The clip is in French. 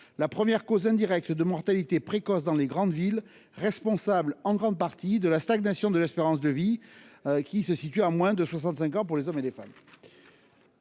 la première cause indirecte de mortalité précoce dans les grandes villes, responsable en grande partie de la stagnation de l'espérance de vie en bonne santé, laquelle est inférieure à 65 ans pour les hommes et les femmes.